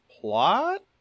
plot